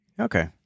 Okay